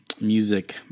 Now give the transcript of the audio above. music